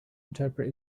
interpret